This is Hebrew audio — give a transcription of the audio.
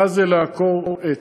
מה זה לעקור עץ,